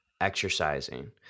exercising